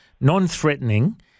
non-threatening